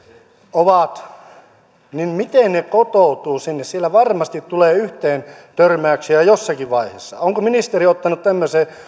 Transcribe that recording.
ovat miten he kotoutuvat sinne siellä varmasti tulee yhteentörmäyksiä jossakin vaiheessa onko ministeri ottanut tämmöisen